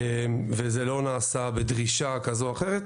וזה לא נעשה בדרישה כזו או אחרת.